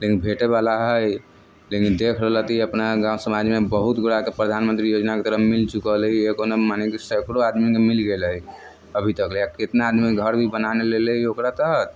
लेकिन भेटयवला हइ लेकिन देखि रहल हेति अपना गाम समाजमे बहुत गोटाके प्रधानमंत्री योजनाके घर मिलि चुकल हइ एगो न मने कि सैकड़ो आदमीके मिल गेल हइ अभी तक ले आओर कितना आदमी घर भी बनाने लेले ओकरा तहत